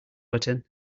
button